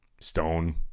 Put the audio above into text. stone